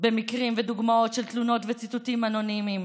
במקרים ודוגמאות של תלונות וציטוטים אנונימיים